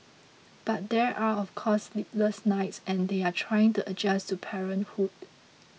but there are of course sleepless nights and they are trying to adjust to parenthood